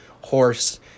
horse